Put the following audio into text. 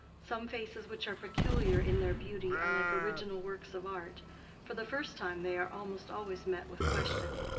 some faces which are peculiar in their beauty are like original works of art for the first time they are almost always met with question.